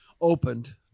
Opened